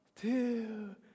two